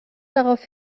darauf